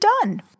done